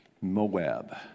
Moab